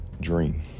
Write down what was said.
dream